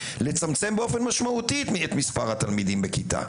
לצמצם באופן משמעותי את מספר התלמידים בכיתה.